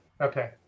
Okay